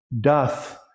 doth